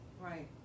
Right